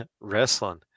wrestling